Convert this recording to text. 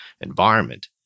environment